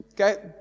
Okay